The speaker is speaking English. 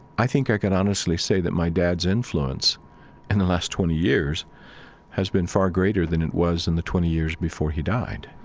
i think i can honestly say that my dad's influence in the last twenty years has been far greater than it was in the twenty years before he died.